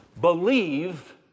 Believe